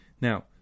now